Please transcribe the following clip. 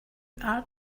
are